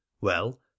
Well